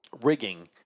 rigging